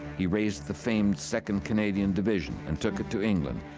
he raised the famed second canadian division, and took it to england,